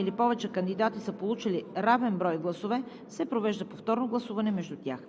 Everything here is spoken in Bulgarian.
или повече кандидати са получили равен брой гласове, се провежда повторно гласуване между тях.